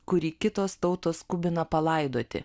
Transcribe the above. kurį kitos tautos skubina palaidoti